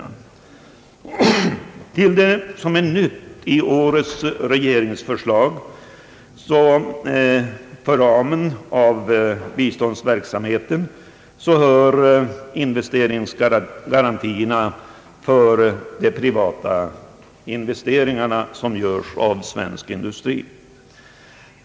Till det som är nytt i årets regeringsförslag till ram för biståndsverksamheten hör förslaget om investeringsgarantier för privata investeringar.